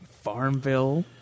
Farmville